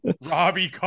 Robbie